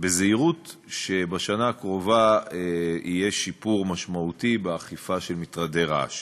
בזהירות שבשנה הקרובה יהיה שיפור משמעותי באכיפה נגד מטרדי רעש.